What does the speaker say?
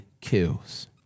kills